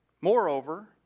Moreover